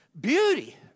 Beauty